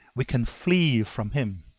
we can flee from him.